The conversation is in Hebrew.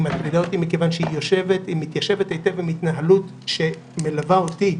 היא מטרידה אותי כי היא מתיישבת היטב עם התנהלות שמלווה אותי,